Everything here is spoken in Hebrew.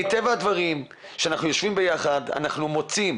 מטבע הדברים כאשר יושבים ביחד אנחנו מוצאים